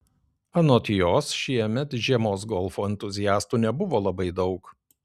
anot jos šiemet žiemos golfo entuziastų nebuvo labai daug